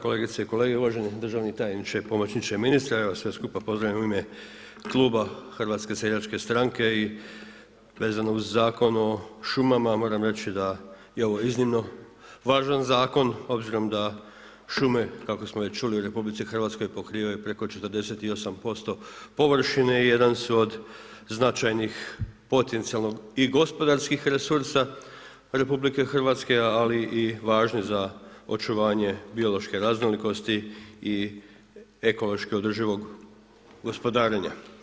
Kolegice i kolege, uvaženi državni tajniče i pomoćniče ministra, evo sve vas skupa pozdravljam u ime Kluba HSS-a i vezano uz Zakon o šumama, moram reći da je ovo iznimno važan zakon, obzirom da šume, kako smo već čuli, u RH pokrivaju preko 48% površine i jedan su od značajnih potencijalno i gospodarskih resursa RH, ali i važni za očuvanje biološke raznolikosti i ekološki održivog gospodarenja.